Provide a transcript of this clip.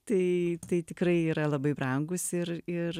tai tai tikrai yra labai brangūs ir ir